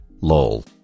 lol